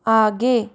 आगे